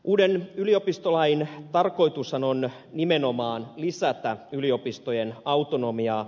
uuden yliopistolain tarkoitushan on nimenomaan lisätä yliopistojen autonomiaa